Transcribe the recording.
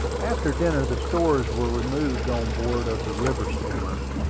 after dinner the stores were removed on board of the river steamer,